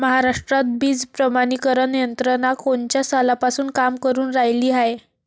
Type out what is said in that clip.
महाराष्ट्रात बीज प्रमानीकरण यंत्रना कोनच्या सालापासून काम करुन रायली हाये?